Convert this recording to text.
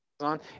on